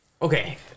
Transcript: Okay